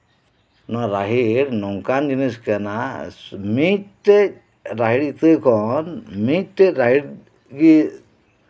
ᱱᱚᱣᱟ ᱨᱟᱦᱮᱲ ᱱᱚᱝᱠᱟ ᱡᱤᱱᱤᱥ ᱠᱟᱱᱟ ᱢᱤᱫᱴᱮᱡ ᱨᱟᱦᱮᱲ ᱤᱛᱟᱹ ᱠᱷᱚᱱ ᱢᱤᱫᱴᱮᱡ ᱨᱟᱦᱮᱲ ᱜᱮ